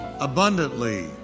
Abundantly